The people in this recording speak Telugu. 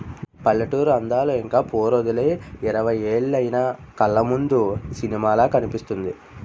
పల్లెటూరి అందాలు ఇంక వూరొదిలి ఇరవై ఏలైన కళ్లముందు సినిమాలా కనిపిస్తుంది